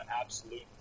absolute